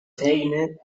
feina